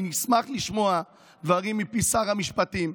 אני אשמח לשמוע דברים מפי שר המשפטים,